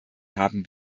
haben